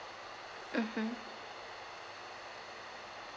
mmhmm